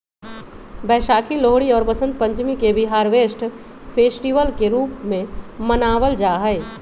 वैशाखी, लोहरी और वसंत पंचमी के भी हार्वेस्ट फेस्टिवल के रूप में मनावल जाहई